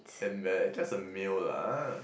and uh just a meal lah ah